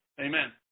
Amen